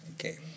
okay